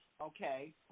okay